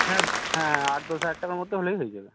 হ্যাঁ হ্যাঁ আট দশ হাজার টাকার মধ্যে হলেই হয়ে যাবে